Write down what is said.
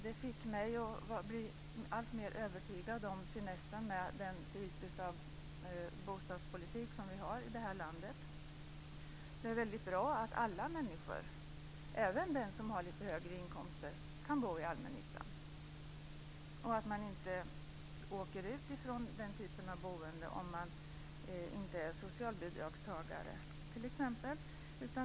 Detta gjorde mig alltmer övertygad om finessen med den bostadspolitik vi har i det här landet. Det är bra att alla människor, även den som har lite högre inkomster, kan bo i allmännyttan och att man t.ex. inte åker ut från den typen av boende om man inte är socialbidragstagare.